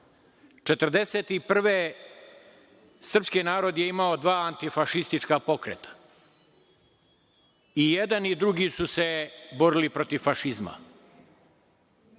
1941. srpski narod je imao dva antifašistička pokreta. I jedan i drugi su se borili protiv fašizma.